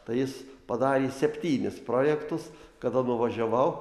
tai jis padarė septynis projektus kada nuvažiavau